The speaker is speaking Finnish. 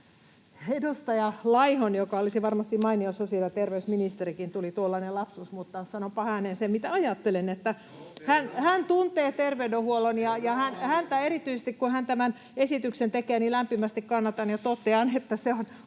edustaja Laihoa, joka olisi varmasti mainio sosiaali- ja terveysministerikin — tuli tuollainen lapsus, mutta sanonpahan ääneen sen, mitä ajattelen. [Aki Lindénin välihuuto] Hän tuntee terveydenhuollon, ja häntä erityisesti, kun hän tämän esityksen tekee, lämpimästi kannatan, ja totean, että se on